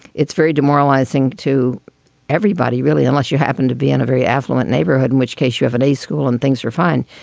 it's very demoralizing to everybody, really, unless you happen to be in a very affluent neighborhood, in which case you have an a school and things are fine.